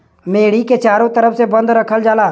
मेड़ी के चारों तरफ से बंद रखल जाला